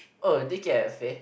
oh the cafe